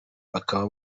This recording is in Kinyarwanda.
bakaba